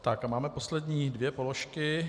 A máme poslední dvě položky.